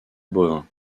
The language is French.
bovin